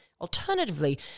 alternatively